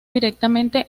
directamente